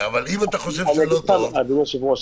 אבל אם אתה חושב שלא טוב --- אדוני היושב-ראש,